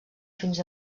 fins